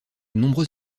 nombreux